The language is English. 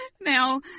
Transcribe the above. Now